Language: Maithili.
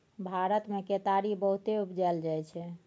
भारत मे केतारी बहुते उपजाएल जाइ छै